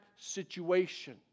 situation